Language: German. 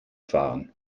fahren